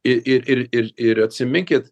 ir ir ir ir atsiminkit